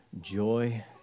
joy